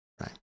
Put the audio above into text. right